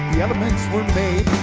the elements were made